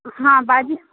हँ बाजू